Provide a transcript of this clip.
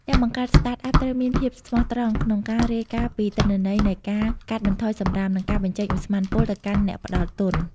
អ្នកបង្កើត Startup ត្រូវមានភាពស្មោះត្រង់ក្នុងការរាយការណ៍ពីទិន្នន័យនៃការកាត់បន្ថយសម្រាម និងការបញ្ចេញឧស្ម័នពុលទៅកាន់អ្នកផ្ដល់ទុន។